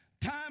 Time